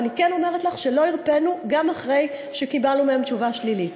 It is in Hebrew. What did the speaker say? אבל אני כן אומרת לך שלא הרפינו גם אחרי שקיבלנו מהם תשובה שלילית.